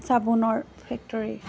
চাবোনৰ ফেক্টৰী